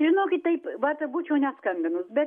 žinokit taip vat būčiau neskambinus bet